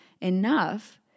enough